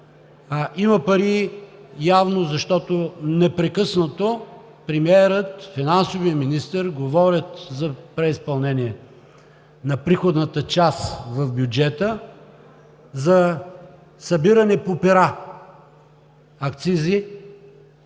има пари, защото непрекъснато премиерът, финансовият министър говорят за преизпълнение на приходната част в бюджета от събиране по пера – акцизи,